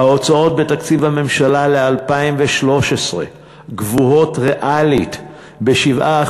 ההוצאות בתקציב הממשלה ל-2013 גבוהות ריאלית ב-7%.